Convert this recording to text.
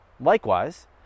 Likewise